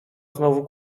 znowu